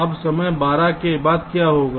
अब समय 12 के बाद क्या होगा